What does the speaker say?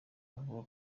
avuga